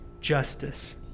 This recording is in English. justice